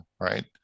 right